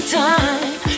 time